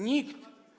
Nikt.